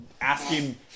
asking